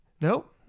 Nope